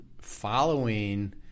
following